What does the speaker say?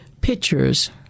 pictures